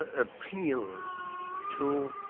ah appeal um to